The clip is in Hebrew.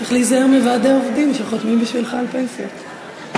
צריך להיזהר מוועדי עובדים שחותמים בשבילך על פנסיות.